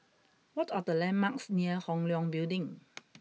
what are the landmarks near Hong Leong Building